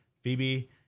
Phoebe